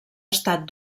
estat